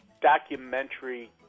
documentary